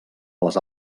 les